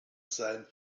sein